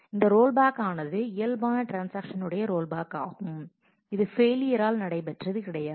இந்த roll back ஆனது இயல்பான ட்ரான்ஸாக்ஷன் உடைய ரோல்பேக் ஆகும் இது இது பெயிலியரால் நடை பெற்றது கிடையாது